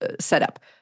setup